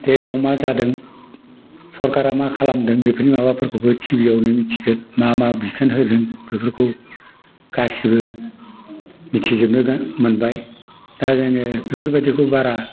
देसआव मा जादों सरकारा मा खालामदों बेफोरनि माबाफोरखौबो टिभियावनो मिथिगोन मा मा बिथोन होदों बेफोरखौ गासैबो मिथिजोबनो मोनबाय दा जोङो बेफोरबायदिखौ बारा